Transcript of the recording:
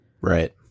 Right